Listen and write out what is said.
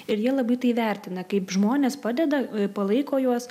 ir jie labai tai vertina kaip žmonės padeda palaiko juos